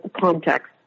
context